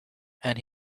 and